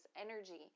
energy